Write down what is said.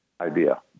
Idea